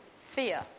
fear